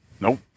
Nope